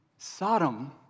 Sodom